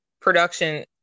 production